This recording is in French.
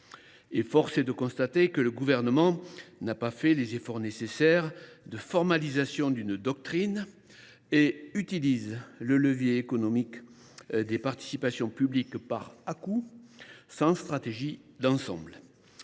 Force est de constater que le Gouvernement n’a pas fait les efforts nécessaires de formalisation d’une doctrine et utilise le levier économique des participations publiques par à coups, sans stratégie d’ensemble.